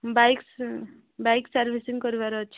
bike bike servicing କରିବାର ଅଛି